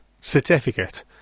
certificate